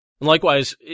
Likewise